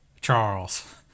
Charles